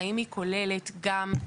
והאם היא כוללת גם,